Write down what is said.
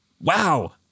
Wow